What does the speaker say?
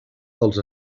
dels